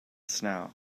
snow